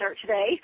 today